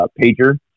pager